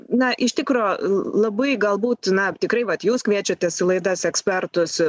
na iš tikro labai galbūt na tikrai vat jūs kviečiatės į laidas ekspertus